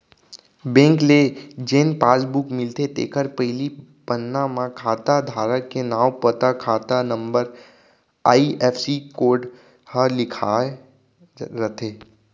bank ले जेन passbook मिलथे तेखर पहिली पन्ना म खाता धारक के नांव, पता, खाता नंबर, आई.एफ.एस.सी कोड ह लिखाए रथे